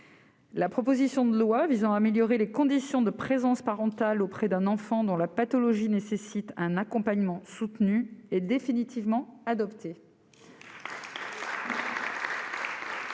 la proposition de loi visant à améliorer les conditions de présence parentale auprès d'un enfant dont la pathologie nécessite un accompagnement soutenu. Mes chers